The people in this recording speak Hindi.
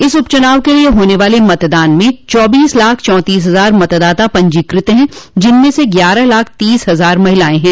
इस उप चुनाव के लिये होने वाले मतदान में चौबीस लाख चौंतीस हजार मतदाता पंजीकृत है जिनमें से ग्यारह लाख तीस हजार महिलाएं हैं